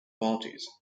parties